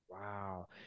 Wow